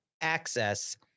access